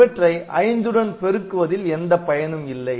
இவற்றை 5 உடன் பெருக்குவதில் எந்த பயனும் இல்லை